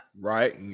Right